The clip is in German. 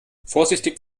vorsichtig